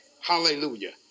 Hallelujah